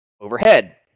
overhead